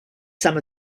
some